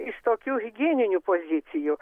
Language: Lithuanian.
iš tokių higieninių pozicijų